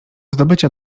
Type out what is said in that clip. zdobycia